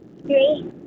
Three